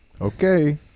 okay